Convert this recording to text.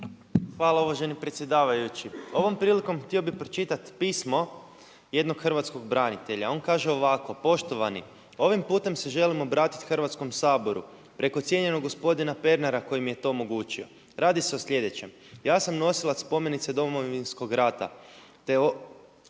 Hvala uvaženi predsjedavajući. Ovom prilikom htio bi pročitati pismo jednog hrvatskog branitelja, on kaže ovako: „Poštovani, ovim putem se želim obratiti Hrvatskom saboru preko cijenjenog gospodina Pernara koji mi je to omogućio. Radi se o sljedećem, ja sam nosilac spomenice Domovinskog rata